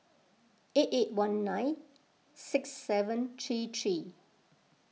eight eight one nine six seven three three